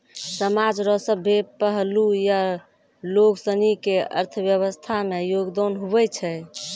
समाज रो सभ्भे पहलू या लोगसनी के अर्थव्यवस्था मे योगदान हुवै छै